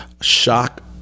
shock